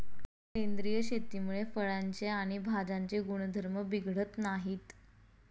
सेंद्रिय शेतीमुळे फळांचे आणि भाज्यांचे गुणधर्म बिघडत नाहीत